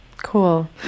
Cool